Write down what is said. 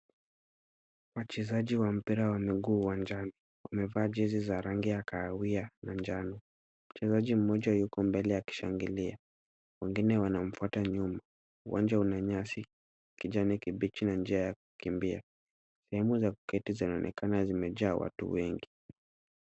Wachezaji wa mpira wa miguu uwanjani, wamevaa jersey za rangi ya kahawia na njano, mchezaji moja yuko mbele akishangilia, wengine wanamfuta nyuma, uwanja una nyasi, kijani kibichi na njia ya kukimbia, nembo za kuketi zinaonekana zimejaa watu wengi.